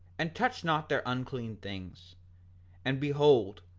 and touch not their unclean things and behold,